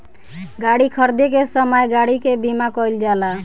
गाड़ी खरीदे के समय गाड़ी के बीमा कईल जाला